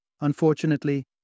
Unfortunately